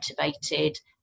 motivated